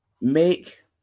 make